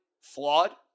flawed